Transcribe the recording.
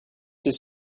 his